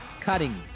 cutting